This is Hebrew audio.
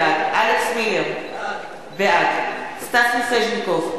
בעד אלכס מילר, בעד סטס מיסז'ניקוב,